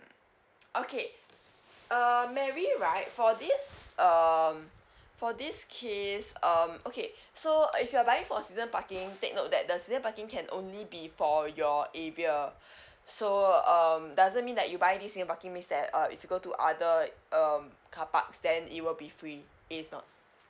okay um mary right for this um for this case um okay so if you're buying for a season parking take note that the season parking can only be for your area so um doesn't mean that you buy this season parking means that uh if you go to other um carparks then it will be free it is not